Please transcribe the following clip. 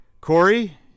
Corey